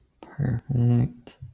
perfect